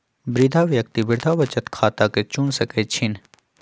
वृद्धा व्यक्ति वृद्धा बचत खता के चुन सकइ छिन्ह